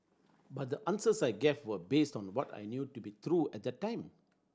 but the answers I gave were based on what I knew to be true at the time